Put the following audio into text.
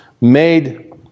made